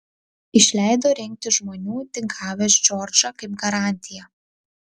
išleido rinkti žmonių tik gavęs džordžą kaip garantiją